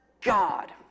God